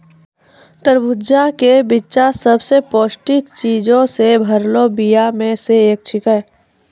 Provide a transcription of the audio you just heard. तरबूजा के बिच्चा सभ से पौष्टिक चीजो से भरलो बीया मे से एक छै